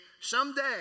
someday